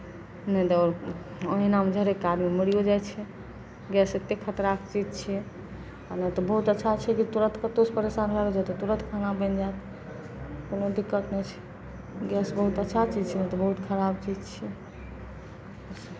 नहि तऽ ओ ओहिनामे झरकि कऽ आदमी मरिओ जाइ छै गैस एतेक खतराक चीज छियै आ नहि तऽ बहुत अच्छा छै जे तुरत कतहुसँ परेशान भए गेलियै तऽ तुरत खाना बनि जायत कोनो दिक्कत नहि छै गैस बहुत अच्छा चीज छै नहि तऽ बहुत खराब चीज छियै